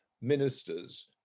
ministers